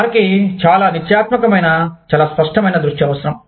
వారికి చాలా నిశ్చయాత్మకమైన చాలా స్పష్టమైన దృష్టి అవసరం